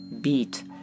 beat